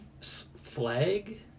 Flag